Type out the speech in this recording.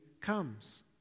comes